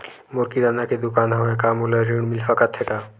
मोर किराना के दुकान हवय का मोला ऋण मिल सकथे का?